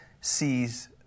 sees